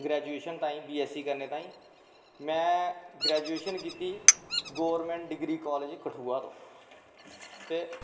graduation करनें तांई B S C करनें तांई में ग्रैजुएशन कीती गौरमैं डिग्री कालेज़ कठुआ तो ते